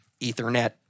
Ethernet